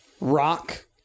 Rock